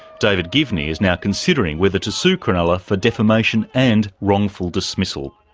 david givney is now considering whether to sue cronulla for defamation and wrongful dismissal.